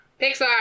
Pixar